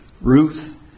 Ruth